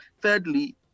thirdly